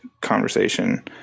conversation